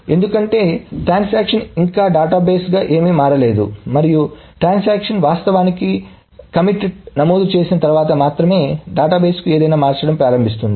ఎందుకంటే లావాదేవీ ఇంకా డేటాబేస్గా ఏమీ మారలేదు మరియు ట్రాన్సాక్షన్ వాస్తవానికి కమిట్ T నమోదు చేసిన తర్వాత మాత్రమే డేటాబేస్కు ఏదైనా మార్చడం ప్రారంభిస్తుంది